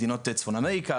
מדינות צפון אמריקה,